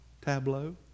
tableau